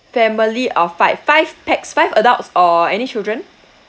family of five five pax five adults or any children